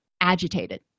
agitated